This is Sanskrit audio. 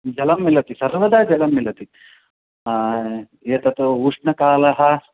जलं मिलति सर्वदा जलं मिलति एतत् उष्णकालः